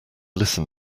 listen